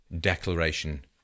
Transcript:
declaration